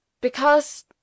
because